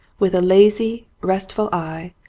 with a lazy, restful eye,